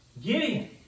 Gideon